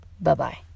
Bye-bye